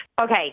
Okay